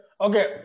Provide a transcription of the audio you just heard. Okay